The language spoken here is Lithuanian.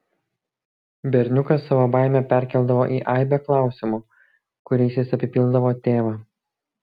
berniukas savo baimę perkeldavo į aibę klausimų kuriais jis apipildavo tėvą